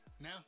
now